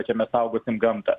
čia mes saugosim gamtą